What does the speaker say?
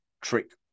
Trick